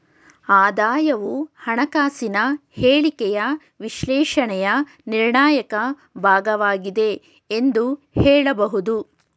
ಆದಾಯವು ಹಣಕಾಸಿನ ಹೇಳಿಕೆಯ ವಿಶ್ಲೇಷಣೆಯ ನಿರ್ಣಾಯಕ ಭಾಗವಾಗಿದೆ ಎಂದು ಹೇಳಬಹುದು